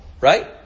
right